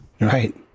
right